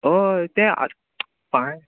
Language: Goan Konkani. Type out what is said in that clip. ओय तें आत पांय